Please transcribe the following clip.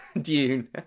Dune